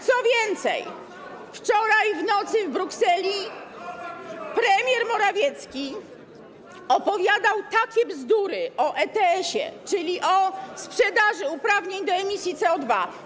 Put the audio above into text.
Co więcej, wczoraj w nocy w Brukseli premier Morawiecki opowiadał takie bzdury o ETS, czyli o sprzedaży uprawnień do emisji CO2